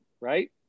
right